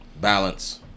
Balance